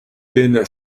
bin